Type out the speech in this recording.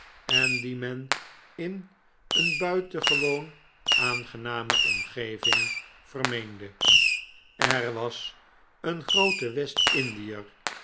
en die men in een buitengewoon aangename omgeving vermeende er was een groote